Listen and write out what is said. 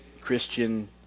Christian